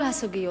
כל הסוגיות,